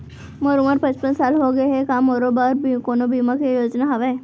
मोर उमर पचपन साल होगे हे, का मोरो बर कोनो बीमा के योजना हावे?